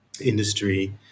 industry